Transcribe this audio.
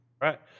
Right